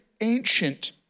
ancient